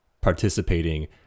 participating